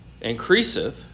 increaseth